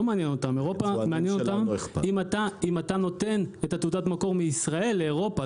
את אירופה מעניין אם אתה נותן את תעודת המקור מישראל לאירופה.